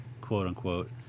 quote-unquote